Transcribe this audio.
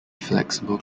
flexible